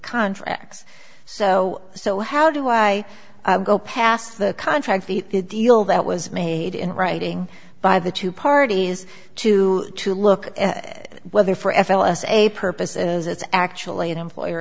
contracts so so how do i go past the contract the deal that was made in writing by the two parties to to look at whether for f l s a purpose as it's actually an employer